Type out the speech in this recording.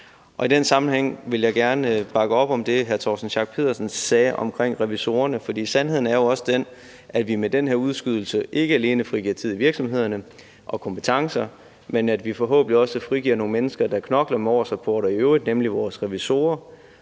I den sammenhæng vil jeg gerne bakke op om det, hr. Torsten Schack Pedersen sagde omkring revisorerne. For sandheden er jo, at vi med den her udskydelse ikke alene frigiver tid og kompetencer i virksomhederne, men også at vi forhåbentlig frigiver nogle mennesker, der knokler med årsrapporter i øvrigt, nemlig vores revisorer,